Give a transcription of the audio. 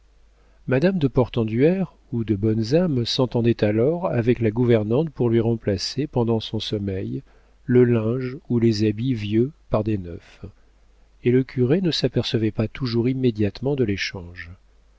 madame de portenduère ou de bonnes âmes s'entendaient alors avec la gouvernante pour lui remplacer pendant son sommeil le linge ou les habits vieux par des neufs et le curé ne s'apercevait pas toujours immédiatement de l'échange